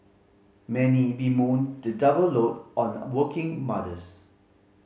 many bemoan the double load on working mothers